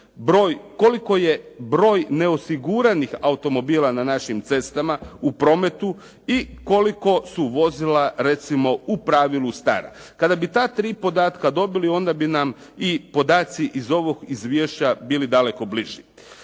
koliko je broj neosiguranih automobila na našim cestama u prometu i koliko su vozila recimo u pravilu stara. Kada bi ta tri podatka dobili, onda bi nam i podaci iz ovog izvješća bili daleko bliži.